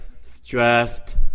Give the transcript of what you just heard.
stressed